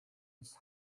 his